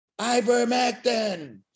ivermectin